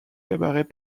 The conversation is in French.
cabarets